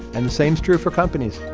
and the same's true for companies